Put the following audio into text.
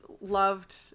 loved